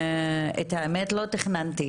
האמת, לא תכננתי